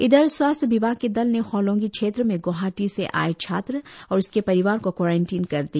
इधर स्वास्थ्य विभाग के दल ने होलंगी क्षेत्र में ग्रवाहाटी से आएं छात्र और उसके परिवार को क्वारेनटीन कर दिया